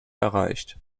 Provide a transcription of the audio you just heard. erreicht